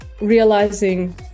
realizing